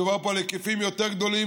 מדובר פה על היקפים יותר גדולים,